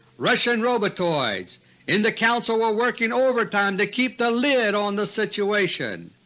russian robotoids in the council were working overtime to keep the lid on the situation.